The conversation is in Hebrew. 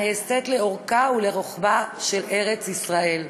הנעשית לאורכה ולרוחבה של ארץ ישראל.